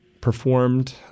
performed